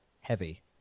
heavy